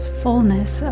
fullness